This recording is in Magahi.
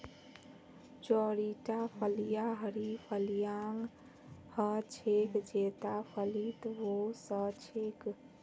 चौड़ीटा फलियाँ हरी फलियां ह छेक जेता फलीत वो स छेक